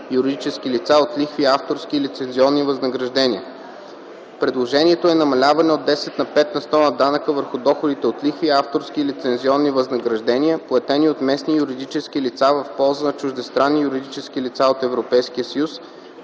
юридически лица от лихви, авторски и лицензионни възнаграждения. Предложението е намаляване от 10 на 5 на сто на данъка върху доходите от лихви, авторски и лицензионни възнаграждения, платени от местни юридически лица в полза на чуждестранни юридически лица от Европейския съюз,